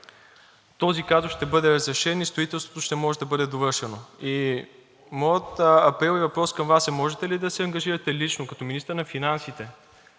този казус ще бъде разрешен и строителството ще може да бъде довършено. Моят апел и въпрос към Вас е: можете ли да се ангажирате лично като министър на финансите